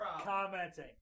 commenting